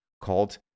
called